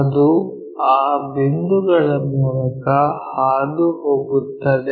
ಅದು ಆ ಬಿಂದುಗಳ ಮೂಲಕ ಹಾದುಹೋಗುತ್ತದೆ